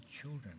children